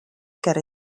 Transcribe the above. ger